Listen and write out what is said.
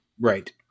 Right